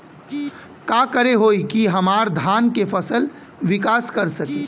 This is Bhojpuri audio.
का करे होई की हमार धान के फसल विकास कर सके?